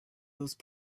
those